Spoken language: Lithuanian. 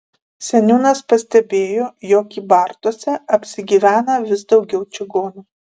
seniūnas pastebėjo jog kybartuose apsigyvena vis daugiau čigonų